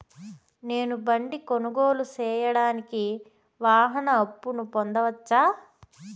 నేను బండి కొనుగోలు సేయడానికి వాహన అప్పును పొందవచ్చా?